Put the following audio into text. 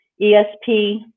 ESP